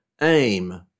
aim